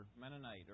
Mennonite